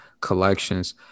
collections